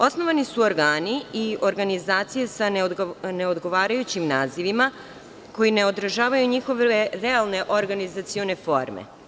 Osnovani su organi i organizacije sa neodgovarajućim nazivima koji ne održavaju njihove realne organizacione forme.